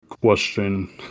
question